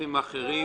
הגופים האחרים.